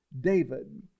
David